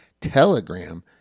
telegram